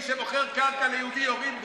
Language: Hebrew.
מי שמוכר קרקע ליהודי, יורים בו.